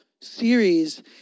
series